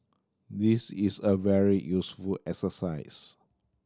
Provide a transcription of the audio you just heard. this is a very useful exercise